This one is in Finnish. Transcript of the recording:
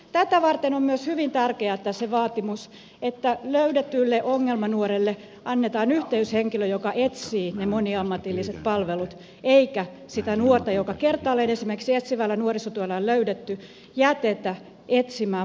tätä varten on myös hyvin tärkeä se vaatimus että löydetylle ongelmanuorelle annetaan yhteyshenkilö joka etsii ne moniammatilliset palvelut eikä sitä nuorta joka kertaalleen esimerkiksi etsivällä nuorisotyöllä on löydetty jätetä etsimään palveluita muualta